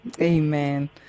Amen